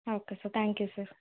ఆ okay sir thank you sir